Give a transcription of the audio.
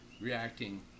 reacting